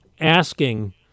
asking